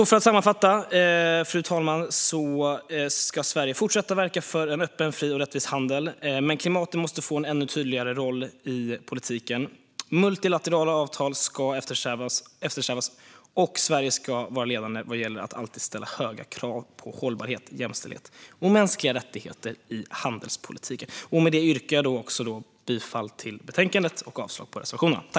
För att sammanfatta, fru talman, ska Sverige fortsätta verka för en öppen, fri och rättvis handel, men klimatet måste få en ännu tydligare roll i politiken. Multilaterala avtal ska eftersträvas, och Sverige ska vara ledande i att alltid ställa höga krav på hållbarhet, jämställdhet och mänskliga rättigheter i handelspolitiken. Med det sagt yrkar jag bifall till förslaget i betänkandet och avslag på reservationerna.